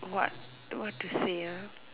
what what to say uh